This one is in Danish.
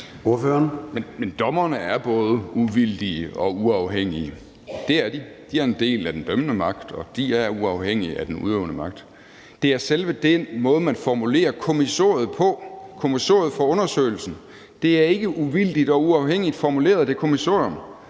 Men dommerne er både uvildige og uafhængige; det er de. De er en del af den dømmende magt, og de er uafhængige af den udøvende magt. Det er selve den måde, man formulerer kommissoriet for undersøgelsen på. Det kommissorium er ikke uvildigt og uafhængigt formuleret. Det er